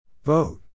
Vote